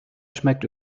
schmeckt